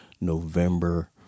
November